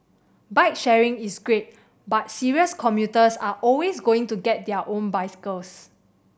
bike sharing is great but serious commuters are always going to get their own bicycles